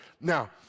Now